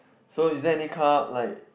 so is there any car like